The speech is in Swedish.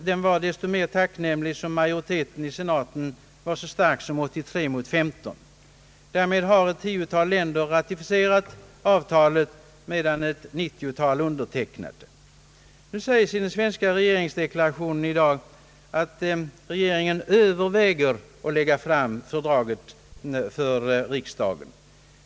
Den var desto mer tacknämlig som majoriteten i senaten var så stark som 83 mot 15. Nu har ett tiotal länder ratificerat avtalet, medan ett 90-tal har undertecknat det. Det sägs i svenska regeringsdeklarationen i dag att regeringen överväger att lägga fram fördraget för riksdagen.